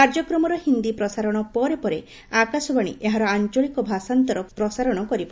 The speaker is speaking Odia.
କାର୍ଯ୍ୟକ୍ମର ହିନ୍ଦୀ ପ୍ରସାରଣ ପରେ ପରେ ଆକାଶବାଣୀ ଏହାର ଆଞ୍ଞଳିକ ଭାଷାନ୍ତର ପ୍ରସାରଣ କରିବ